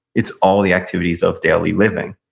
it's all the activities of daily living.